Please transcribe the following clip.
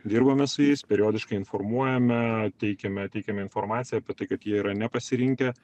dirbame su jais periodiškai informuojame teikiame teikiame informaciją apie tai kad jie yra nepasirinkę